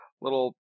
little